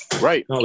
Right